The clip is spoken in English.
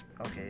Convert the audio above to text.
okay